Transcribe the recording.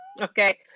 Okay